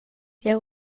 jeu